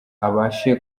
abashe